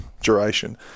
duration